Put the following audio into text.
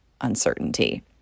uncertainty